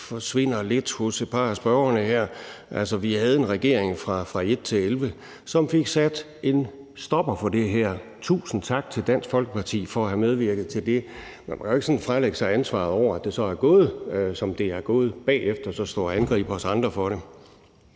forsvinder lidt hos et par af spørgerne her. Altså, vi havde en regering fra 2001-2011, som fik sat en stopper for det her. Tusind tak til Dansk Folkeparti for at have medvirket til det. Man må jo ikke sådan fralægge sig ansvaret for, at det er gået, som det er gået, og så bagefter stå og angribe os andre for det.